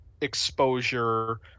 exposure